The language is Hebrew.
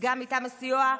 ייצגה מטעם הסיוע,